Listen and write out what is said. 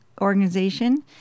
organization